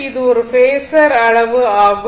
இது ஒரு பேஸர் அளவு ஆகும்